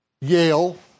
Yale